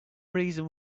reason